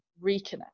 reconnect